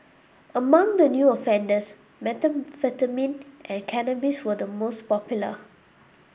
among the new offenders methamphetamine and cannabis were the most popular